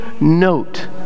note